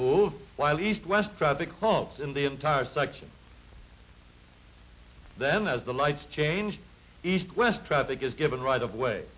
move while east west traffic homes in the entire section then as the lights change east west traffic is given right of way